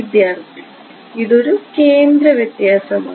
വിദ്യാർത്ഥി ഇതൊരു ഒരു കേന്ദ്ര വ്യത്യാസമാണ്